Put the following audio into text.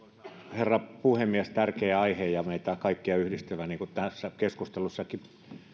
herra puhemies tärkeä aihe ja meitä kaikkia yhdistävä niin kuin tässä keskustelussakin